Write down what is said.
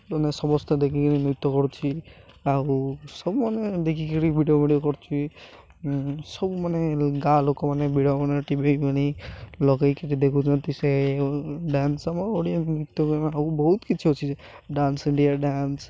ମାନେ ସମସ୍ତେ ଦେଖିକିରି ନୃତ୍ୟ କରୁଛନ୍ତି ଆଉ ସବୁମାନେ ଦେଖିକିରି ଭିଡ଼ିଓ ଭିଡ଼ିଓ କରୁଛନ୍ତି ସବୁ ମାନେ ଗାଁ ଲୋକମାନେ ବିଡ଼ ଟି ଭିି ଲଗେଇକିରି ଦେଖୁଛନ୍ତି ସେ ଡ୍ୟାନ୍ସ ଆମର ଓଡ଼ିଆ ନୃତ୍ୟ ଆଉ ବହୁତ କିଛି ଅଛି ଡାନ୍ସ ଇଣ୍ଡିଆ ଡାନ୍ସ